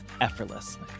effortlessly